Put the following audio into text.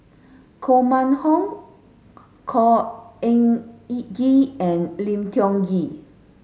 Koh Mun Hong Khor Ean Ghee and Lim Tiong Ghee